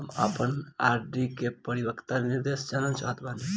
हम आपन आर.डी के परिपक्वता निर्देश जानल चाहत बानी